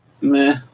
Meh